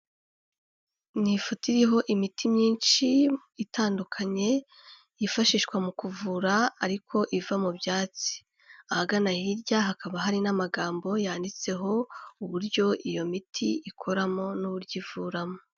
Ni ifoto iriho imiti myinshi itandukanye, yifashishwa mu kuvura ariko iva mu byatsi. Ahagana hirya, hakaba hari n'amagambo yanditseho uburyo iyo miti ikoramo n'uburyo ivuramo.